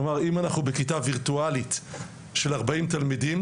כלומר אם אנחנו בכיתה וירטואלית של ארבעים תלמידים,